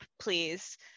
please